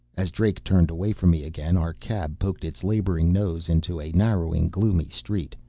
as drake turned away from me again, our cab poked its laboring nose into a narrowing, gloomy street.